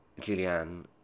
Julianne